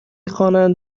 خوانند